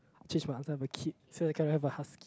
change my answer have a kid so they cannot ever ask